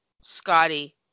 Scotty